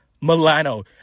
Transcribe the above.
Milano